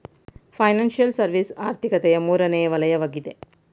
financial service ಆರ್ಥಿಕತೆಯ ಮೂರನೇ ವಲಯವಗಿದೆ